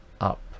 up